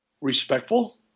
respectful